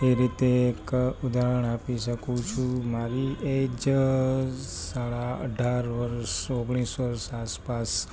એ રીતે એક ઉદાહરણ આપી શકું છું મારી એજ સાડા અઢાર વર્ષ ઓગણીસ વર્ષ આસપાસ